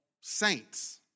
saints